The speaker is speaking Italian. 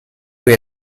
cui